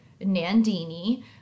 Nandini